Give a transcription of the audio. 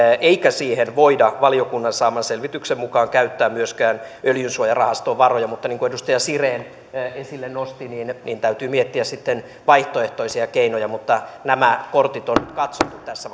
eikä siihen voida valiokunnan saaman selvityksen mukaan käyttää myöskään öljysuojarahaston varoja mutta niin kuin edustaja siren esille nosti täytyy miettiä sitten vaihtoehtoisia keinoja mutta nämä kortit on nyt katsottu tässä